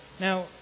Now